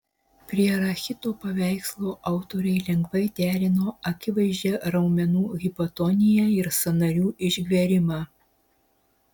prie rachito paveikslo autoriai lengvai derino akivaizdžią raumenų hipotoniją ir sąnarių išgverimą